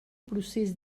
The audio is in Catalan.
procés